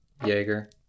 Jaeger